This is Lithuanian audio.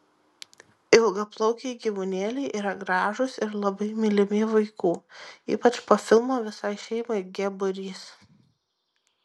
ilgaplaukiai gyvūnėliai yra gražūs ir labai mylimi vaikų ypač po filmo visai šeimai g būrys